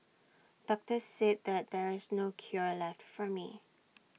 doctors said that there is no cure left for me